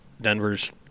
Denver's